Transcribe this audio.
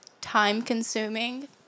Time-consuming